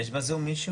יש ב־zoom מישהו?